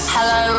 Hello